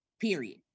period